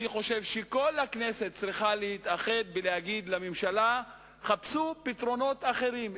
אני חושב שכל הכנסת צריכה להתאחד ולומר לממשלה: חפשו פתרונות אחרים,